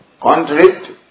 contradict